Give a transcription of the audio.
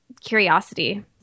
curiosity